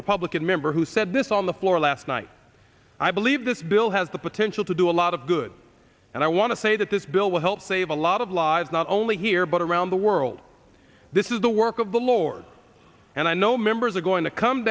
republican member who said this on the floor last night i believe this bill has the potential to do a lot of good and i want to say that this bill will help save a lot of lives not only here but around the world this is the work of the lord and i know members are going to come